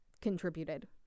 contributed